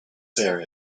there